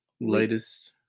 latest